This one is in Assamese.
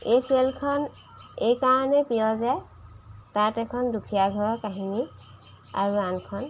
এই ছিৰিয়েলখন এই কাৰণেই প্ৰিয় যে তাত এখন দুখীয়া ঘৰৰ কাহিনী আৰু আনখন